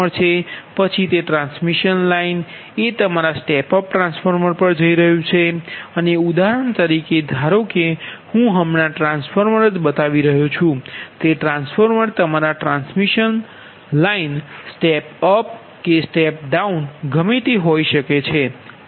પછી તે transmission line એ તમારા સ્ટેપ અપ ટ્રાન્સફોર્મર પર જઈ રહ્યું છે અને ઉદાહરણ તરીકે ધારો કે હું હમણાં ટ્રાન્સફોર્મર જ બતાવી રહ્યો છું તે ટ્રાન્સફોર્મર તમારા ટ્રાન્સમિશન લાઇન સ્ટેપ અપ કે સ્ટેપ ડાઉન ગમે તે હોઈ શકે છે